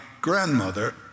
grandmother